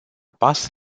pas